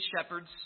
shepherds